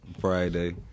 Friday